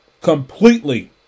completely